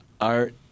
art